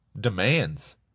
demands